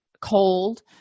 cold